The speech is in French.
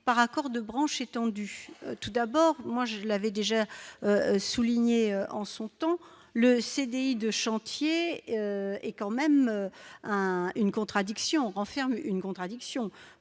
par accord de branche étendu tout d'abord, moi je l'avais déjà souligné en son temps le CDI de chantier est quand même une contradiction renferme une contradiction